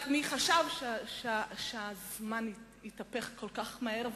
רק מי חשב שזה יתהפך כל כך מהר,